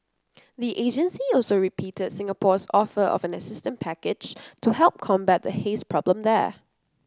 the agency also repeated Singapore's offer of an assistance package to help combat the haze problem there